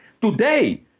today